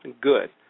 good